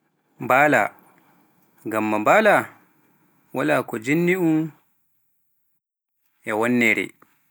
Mbaale, ngam mbaala waal ko jinni um e wonneere.